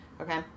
okay